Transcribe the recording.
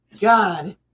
God